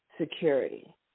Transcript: security